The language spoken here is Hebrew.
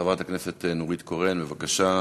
חברת הכנסת נורית קורן, בבקשה.